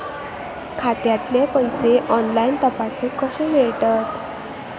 खात्यातले पैसे ऑनलाइन तपासुक कशे मेलतत?